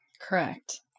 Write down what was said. Correct